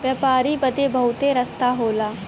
व्यापारी बदे बहुते रस्ता होला